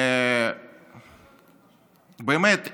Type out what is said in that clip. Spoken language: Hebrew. ובאמת,